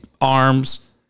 arms